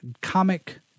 Comic